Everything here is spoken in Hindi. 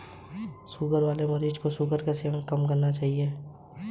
ओपन एंड निधि के लिए यूनिट या शेयरों की खरीद पर प्रारम्भिक दर लगाया जा सकता है